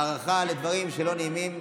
הארכה של דברים שלא נעימים,